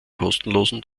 kostenlosen